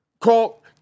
call